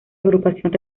agrupación